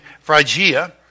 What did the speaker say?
Phrygia